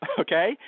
okay